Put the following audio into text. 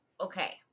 Okay